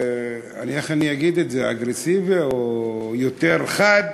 איך אני אגיד את זה, אגרסיבי, או יותר חד.